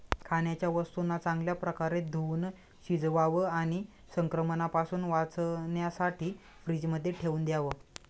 खाण्याच्या वस्तूंना चांगल्या प्रकारे धुवुन शिजवावं आणि संक्रमणापासून वाचण्यासाठी फ्रीजमध्ये ठेवून द्याव